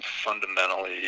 fundamentally